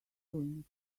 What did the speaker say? doing